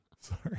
Sorry